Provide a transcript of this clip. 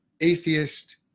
atheist